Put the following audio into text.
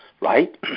right